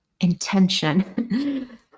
intention